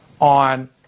on